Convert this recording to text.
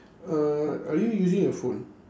uh are you using your phone